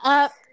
up